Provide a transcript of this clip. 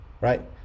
right